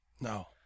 No